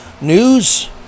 news